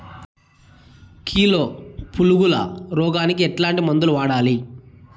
Kilo పులుగుల రోగానికి ఎట్లాంటి మందులు వాడాలి?